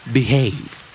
Behave